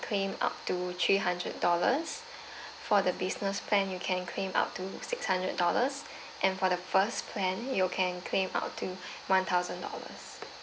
claim up to three hundred dollars for the business plan you can claim up to six hundred dollars and for the first plan you can claim up to one thousand dollars